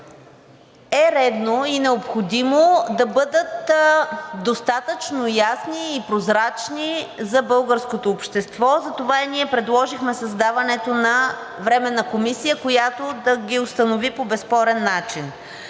е редно и необходимо да бъдат достатъчно ясни и прозрачни за българското общество. Затова и ние предложихме създаването на Временна комисия, която да ги установи по безспорен начин.